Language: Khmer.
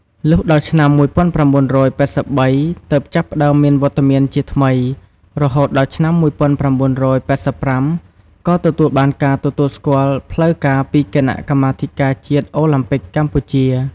លុះដល់ឆ្នាំ ១៩៨៣ ទើបចាប់ផ្តើមមានវត្តមានជាថ្មី រហូតដល់ឆ្នាំ ១៩៨៥ ក៏ទទួលបានការទទួលស្គាល់ផ្លូវការពីគណៈកម្មាធិការជាតិអូឡាំពិកកម្ពុជា។